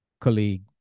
colleague